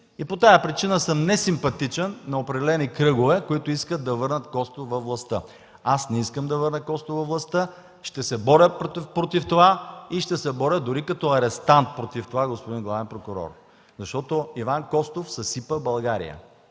и по тази причина съм несимпатичен на определени кръгове, които искат да върнат Костов във властта. Аз не искам да върна Костов във властта, ще се боря против това! И ще се боря дори като арестант против това, господин главен прокурор, защото Иван Костов съсипа България